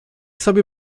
sobie